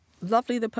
lovely